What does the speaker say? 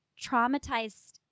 traumatized